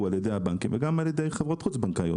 על-ידי הבנקים וגם על-ידי חברות חוץ-בנקאיות